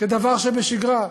כדבר שבשגרה.